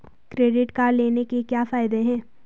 Credit card लेने के क्या फायदे हैं?